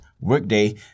Workday